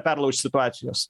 perlaužt situacijos